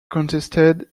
contested